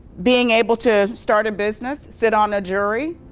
being able to start a business, sit on a jury.